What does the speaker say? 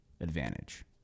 advantage